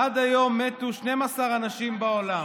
עד היום מתו 12 אנשים בעולם.